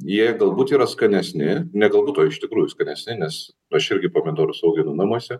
jie galbūt yra skanesni ne galbūt iš tikrųjų skanesni nes aš irgi pomidorus auginu namuose